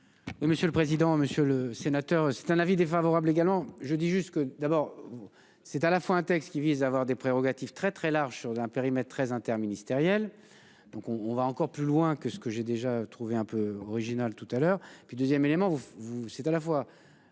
monsieur le président, monsieur le sénateur. C'est un avis défavorable également je dis juste que d'abord. C'est à la fois un texte qui vise à avoir des prérogatives très très large sur un périmètre très interministériel donc on, on va encore plus loin que ce que j'ai déjà trouvé un peu original tout à l'heure et puis 2ème élément vous c'est à la fois.